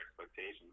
expectations